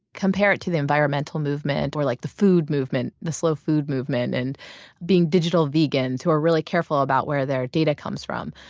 compare it to the environmental movement or like the food movement. the slow food movement and being digital vegans, who are really careful about where their data comes from.